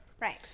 Right